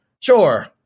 sure